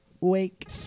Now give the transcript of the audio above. Wake